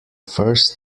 first